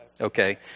Okay